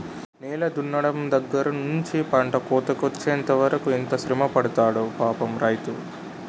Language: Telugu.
నేల దున్నడం దగ్గర నుంచి పంట కోతకొచ్చెంత వరకు ఎంత శ్రమపడతాడో పాపం రైతు